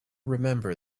remember